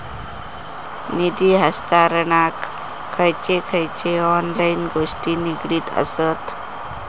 निधी हस्तांतरणाक खयचे खयचे ऑनलाइन गोष्टी निगडीत आसत?